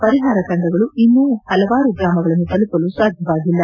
ಪರಿಹಾರ ತಂಡಗಳು ಇನ್ನೂ ಹಲವಾರು ಗ್ರಾಮಗಳನ್ನು ತಲುಪಲು ಸಾಧ್ಯವಾಗಿಲ್ಲ